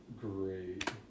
Great